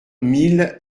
mille